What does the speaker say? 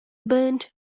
burnt